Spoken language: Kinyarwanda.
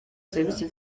serivisi